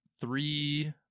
three